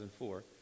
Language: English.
2004